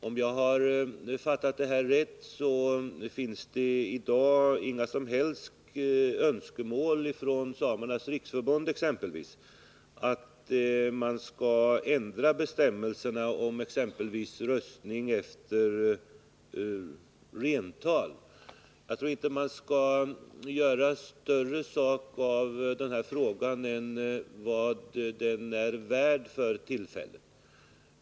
Om jag har fattat det här rätt finns det i dag inget som helst önskemål från Svenska samers riksförbund om att ändra bestämmelserna, exempelvis om röstning efter renantal. Man skall inte göra större sak av denna fråga än vad den för tillfället är värd.